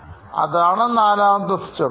step അതാണ് നാലാമത്തെ stop